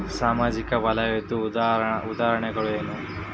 ಸಾಮಾಜಿಕ ವಲಯದ್ದು ಉದಾಹರಣೆಗಳೇನು?